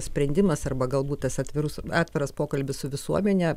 sprendimas arba galbūt tas atvirus atviras pokalbis su visuomene